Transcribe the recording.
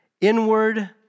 inward